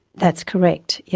that's correct, yeah